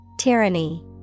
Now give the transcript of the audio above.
Tyranny